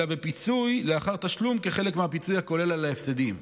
אלא פיצוי לאחר תשלום כחלק מהפיצוי הכולל על ההפסדים.